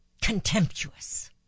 Contemptuous